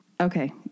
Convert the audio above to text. Okay